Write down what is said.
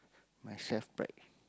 my self pride